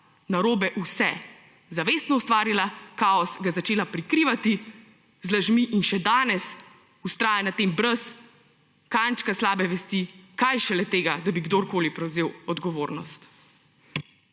narobe vse, zavestno ustvarila kaos, ga začela prikrivati z lažmi, in še danes vztraja na tem brez kančka slabe vesti, kaj šele, da bi kdorkoli prevzel odgovornost.